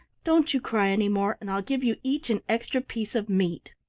don't you cry any more and i'll give you each an extra piece of meat.